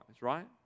right